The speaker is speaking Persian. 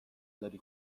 داری